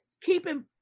Keeping